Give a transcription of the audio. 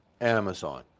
Amazon